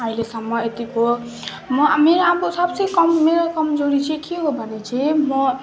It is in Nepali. अहिलेसम्म यतिको म अब मेरो अब सबसे कम मेरो कमजोरी चाहिँ के हो भने चाहिँ म